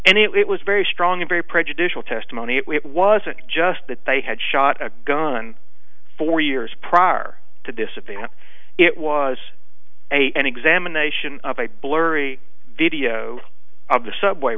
and it was very strong and very prejudicial testimony it wasn't just that they had shot a gun four years prior to this event it was a an examination of a blurry video of the subway